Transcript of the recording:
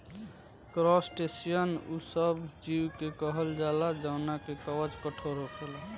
crustacean उ सब जीव के कहल जाला जवना के कवच कठोर होखेला